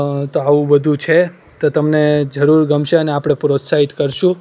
તો આવું બધું છે તો તમને જરૂર ગમશે અને આપણે પ્રોત્સાહિત કરશું